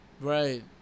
Right